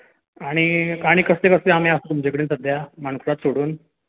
आनी आनी कसले कसले आमे आसा तुमचे कडेन सद्याक मानकुराद सोडून